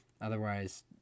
Otherwise